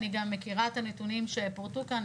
אני גם מכירה את הנתונים שפורטו כאן,